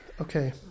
Okay